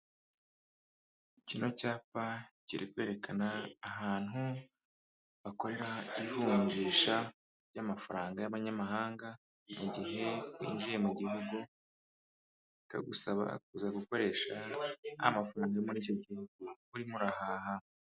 Kino cyapa kiri kwerekana ahantu bakorera ivunjisha ry'amafaranga y'abanyamahanga, mu gihe winjiye mu gihugu bikagusaba kuza gukoresha amafaranga muri iki gihe urimo urahaha.